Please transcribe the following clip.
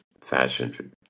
fashion